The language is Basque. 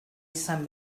izan